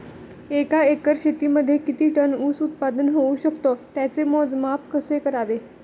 एका एकर शेतीमध्ये किती टन ऊस उत्पादन होऊ शकतो? त्याचे मोजमाप कसे करावे?